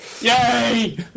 Yay